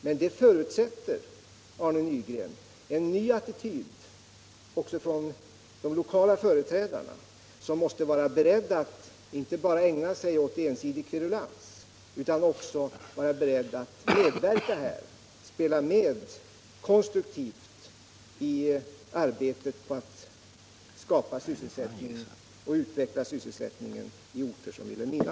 Men det för utsätter, Arne Nygren, en ny attityd också från de lokala företrädarna, som måste vara beredda att inte bara ägna sig åt ensidig kverulans utan också medverka och spela med konstruktivt i arbetet på att skapa sys selsättning och utveckla sysselsättningen i orter som Vilhelmina.